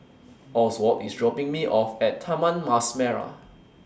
Oswald IS dropping Me off At Taman Mas Merah